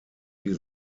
wie